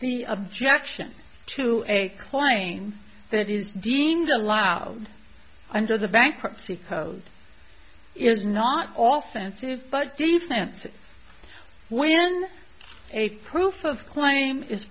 the objection to a claims that is deemed allowed under the bankruptcy code is not all sensitive but they've sent when a proof of claim is